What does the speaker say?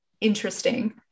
interesting